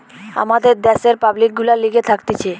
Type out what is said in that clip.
আমাদের দ্যাশের পাবলিক গুলার লিগে থাকতিছে